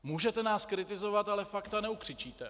Můžete nás kritizovat, ale fakta neukřičíte.